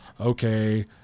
okay